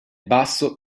basso